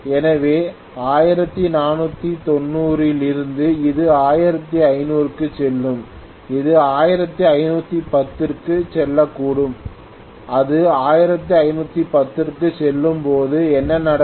எனவே 1490 இலிருந்து இது 1500 க்குச் செல்லும் அது 1510 க்குச் செல்லக்கூடும் அது 1510 க்குச் செல்லும்போது என்ன நடக்கும்